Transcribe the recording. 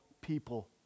people